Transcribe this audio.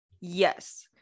Yes